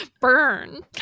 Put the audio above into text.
Burn